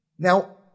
Now